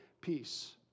peace